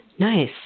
Nice